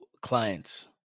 clients